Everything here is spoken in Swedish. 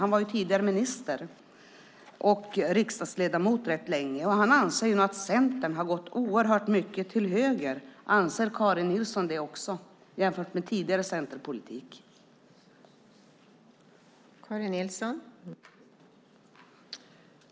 Han var tidigare minister och riksdagsledamot rätt länge. Han anser att Centern har gått långt åt höger jämfört med tidigare centerpolitik. Anser Karin Nilsson också det?